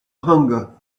hunger